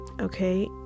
okay